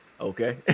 Okay